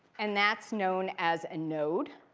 and that's known as a node.